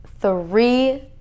three